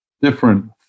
different